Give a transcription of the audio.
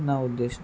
నా ఉద్దేశం